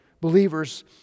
believers